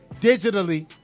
digitally